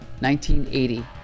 1980